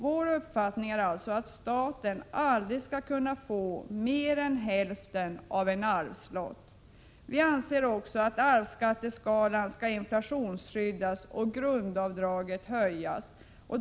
Vår uppfattning är alltså att staten aldrig skall kunna få mer än hälften av en arvslott. Vi anser också att arvsskatteskalan skall inflationsskyddas och grundavdraget höjas.